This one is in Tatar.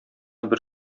бер